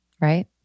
right